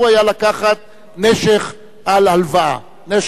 כי אסור היה לקחת נשך על הלוואה, נשך וריבית.